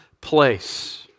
place